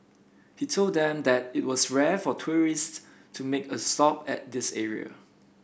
he told them that it was rare for tourists to make a stop at this area